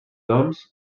doncs